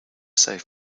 save